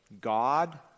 God